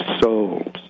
souls